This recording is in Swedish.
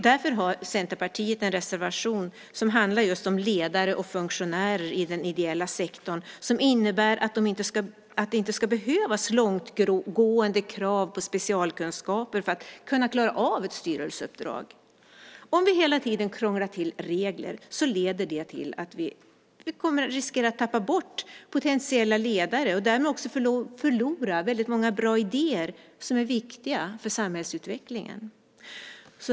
Därför har Centerpartiet en reservation som handlar just om ledare och funktionärer i den ideella sektorn som innebär att det inte ska behövas långtgående krav på specialkunskaper för att kunna klara av ett styrelseuppdrag. Om vi hela tiden krånglar till regler leder det till att vi riskerar att tappa bort potentiella ledare och därmed också förlora väldigt många bra idéer som är viktiga för samhällsutvecklingen.